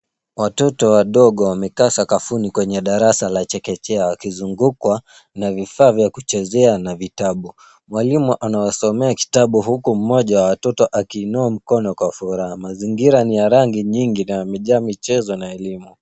Watoto wadogo wamekaa sakafuni kwenye darasa la chekechea wakizungukwa na vifaa vya kuchezea na vitabu. Mwalimu anawasomea kitabu huku mmoja wa watoto akiinua mkono kwa furaha. Mazingira ni ya rangi nyingi na yamejaa michezo na elimu.